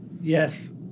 Yes